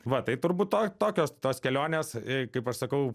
va tai turbūt to tokios tos kelionės i kaip aš sakau